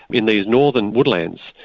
in these northern woodlands,